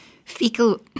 Fecal